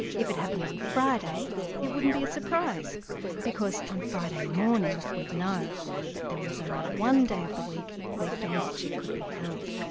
if it happened on friday it wouldn't be a surprise because on friday morning we'd know that there was only one day of the week left on which it could be held.